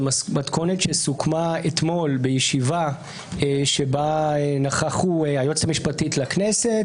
מתכונת שסוכמה אתמול בישיבה שבה נכחו היועצת המשפטית לכנסת,